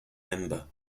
member